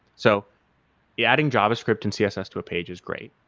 so yeah adding javascript and css to a page is great,